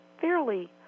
fairly